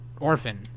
Orphan